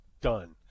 Done